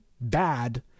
bad